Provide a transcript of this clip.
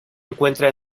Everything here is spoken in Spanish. encuentra